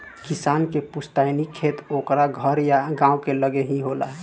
किसान के पुस्तैनी खेत ओकरा घर या गांव के लगे ही होला